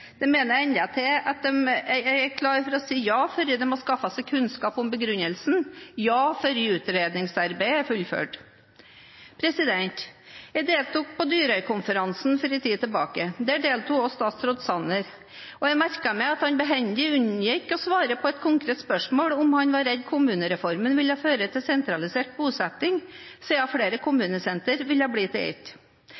De mener endatil at de er klare til å si ja før de har skaffet seg kunnskap om begrunnelsen, ja før utredningsarbeidet er fullført. Jeg deltok på Dyrøyseminaret for en tid tilbake. Der deltok også statsråd Sanner, og jeg merket meg at han behendig unngikk å svare på et konkret spørsmål om han var redd kommunereformen ville føre til sentralisert bosetting, siden flere